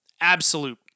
absolute